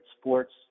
sports